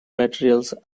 materials